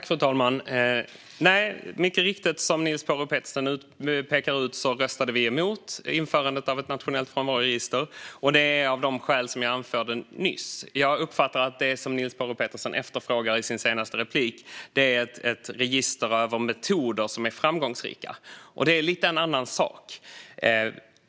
Fru talman! Nej, som Niels Paarup-Petersen mycket riktigt pekar på röstade vi emot införandet av ett nationellt frånvaroregister, det av de skäl som jag anförde nyss. Jag uppfattar att det som Niels Paarup-Petersen efterfrågar i sin senaste replik är ett register över metoder som är framgångsrika, och det är lite grann en annan sak.